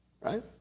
right